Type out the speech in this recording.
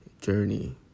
journey